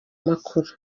makuru